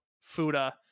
Fuda